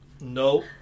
No